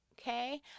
okay